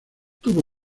tuvo